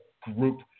group